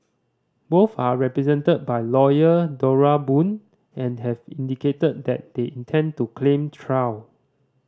both are represented by lawyer Dora Boon and have indicated that they intend to claim trial